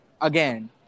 again